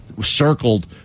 circled